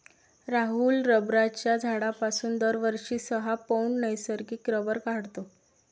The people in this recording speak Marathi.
राहुल रबराच्या झाडापासून दरवर्षी सहा पौंड नैसर्गिक रबर काढतो